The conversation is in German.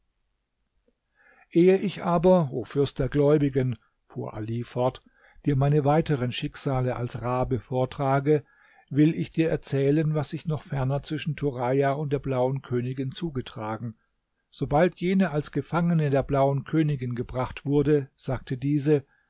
ehe ich aber o fürst der gläubigen fuhr ali fort dir meine weiteren schicksale als rabe vortrage will ich dir erzählen was sich noch ferner zwischen turaja und der blauen königin zugetragen sobald jene als gefangene der blauen königin gebracht wurde sagte diese